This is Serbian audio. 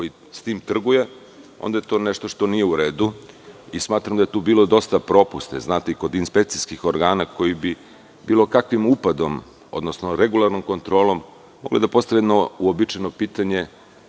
ko sa tim trguje, onda je to nešto što nije u redu i smatram da je tu bilo dosta propusta. Znate, i kod inspekcijskih organa koji bi bilo kakvim upadom, odnosno regulatornom kontrolom mogli da postave jedno uobičajeno pitanje